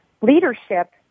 Leadership